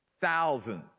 Thousands